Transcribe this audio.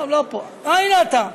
טוב, לא פה, אה, הנה אתה,